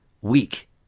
weak